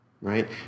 Right